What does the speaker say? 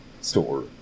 store